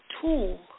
tool